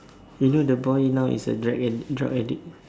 you know the boy now is a drug addi~ drug addict